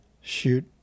shoot